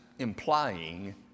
Implying